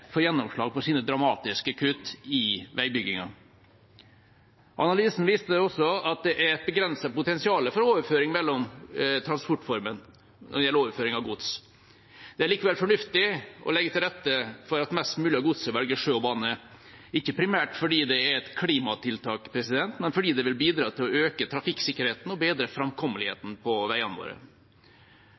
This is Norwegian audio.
får gjennomslag for sine dramatiske kutt i veibyggingen. Analysen viser også at det er et begrenset potensial for overføring mellom transportformene når det gjelder gods. Det er likevel fornuftig å legge til rette for at man for mest mulig av godset velger sjø og bane – ikke primært fordi det er et klimatiltak, men fordi det vil bidra til å øke trafikksikkerheten og bedre framkommeligheten på veiene våre.